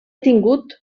tingut